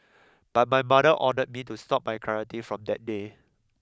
but my mother ordered me to stop my karate from that day